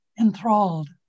enthralled